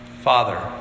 Father